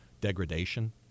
degradation